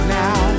now